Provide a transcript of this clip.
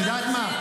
את יודעת מה?